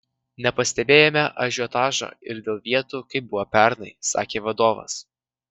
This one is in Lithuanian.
nepastebėjome ažiotažo ir dėl vietų kaip buvo pernai sakė vadovas